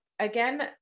Again